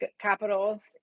capitals